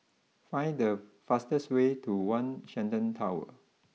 find the fastest way to one Shenton Tower